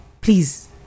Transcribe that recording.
please